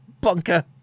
bunker